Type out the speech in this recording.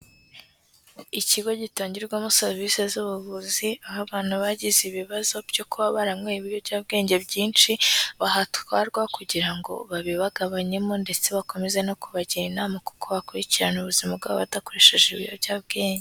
Ikigo gitangirwamo serivisi z'ubuvuzi, aho abantu bagize ibibazo byo kuba baranyweye ibiyobyabwenge byinshi, bahatwarwa kugira ngo babibagabanyemo ndetse bakomeze no kubagira inama kuko bakurikirana ubuzima bwabo badakoresheje ibiyobyabwenge.